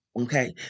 okay